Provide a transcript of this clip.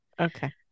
Okay